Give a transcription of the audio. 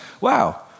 wow